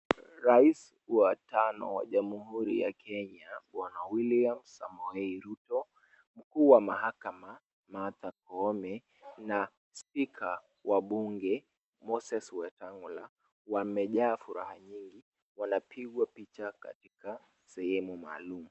Rais wa tano wa jamhuri ya kenya bwana william Samoe Ruto, mkuu wa mahakama Martha Koome na speaker wa bunge Moses Wetangula wamejaa furaha nyingi. Wanapigwa picha katika sehemu maalum.